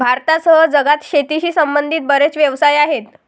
भारतासह जगात शेतीशी संबंधित बरेच व्यवसाय आहेत